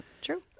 True